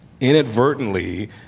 inadvertently